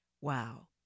Wow